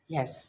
Yes